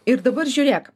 ir dabar žiūrėk